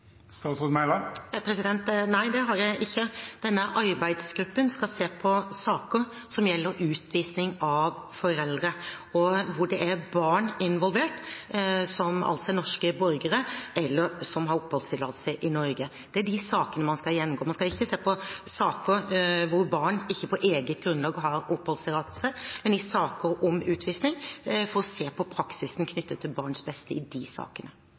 Nei, det har jeg ikke. Denne arbeidsgruppen skal se på saker som gjelder utvisning av foreldre, hvor det er barn involvert som er norske borgere, eller som har oppholdstillatelse i Norge. Det er de sakene man skal gjennomgå. Man skal ikke se på saker hvor barn ikke på eget grunnlag har oppholdstillatelse, men saker om utvisning for å se på praksisen knyttet til barns beste i de sakene.